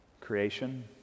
Creation